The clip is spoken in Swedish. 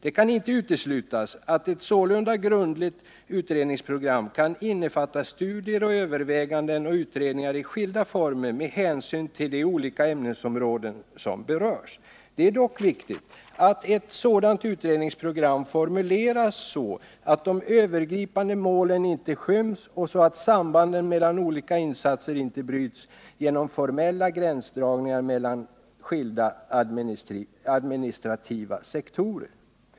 Det kan inte uteslutas att ett sålunda grundlagt utredningsprogram kan innefatta studier, överväganden och utredningar i skilda former med hänsyn till de olika ämnesområden som berörs. Det är dock viktigt att ett sådant utredningsprogram formuleras så att de övergripande målen inte skyms och så att sambanden mellan olika insatser inte bryts genom formella gränsdragningar mellan skilda administrativa sektorer.